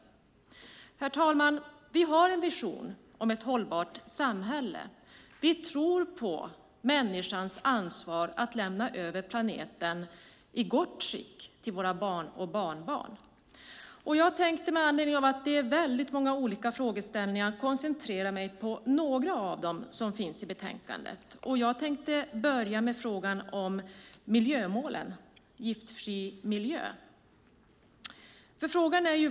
Herr talman! Vi har en vision om ett hållbart samhälle. Vi tror på människans ansvar att lämna över planeten i gott skick till barn och barnbarn. Betänkandet innehåller många olika frågeställningar, men jag ska koncentrera mig på några av dem. Jag börjar med miljömålet Giftfri miljö.